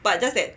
but just that